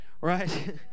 right